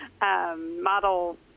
Model